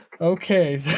Okay